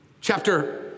chapter